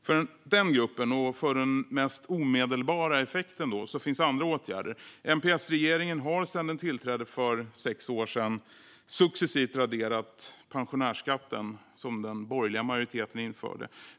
För den gruppen, och för den mest omedelbara effekten, finns det andra åtgärder. MP-S-regeringen har sedan den tillträdde för sex år sedan successivt raderat den pensionärsskatt som den borgerliga majoriteten införde.